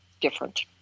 different